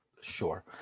Sure